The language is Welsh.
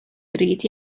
ddrud